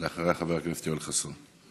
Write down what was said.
אחריה, חבר הכנסת יואל חסון.